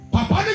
Papa